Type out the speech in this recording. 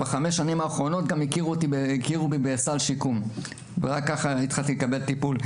בחמש השנים האחרונות הכירו בי בסל שיקום וכך התחלתי לקבל טיפול.